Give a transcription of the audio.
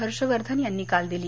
हर्षवर्धन यांनी काल दिली